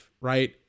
right